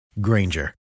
Granger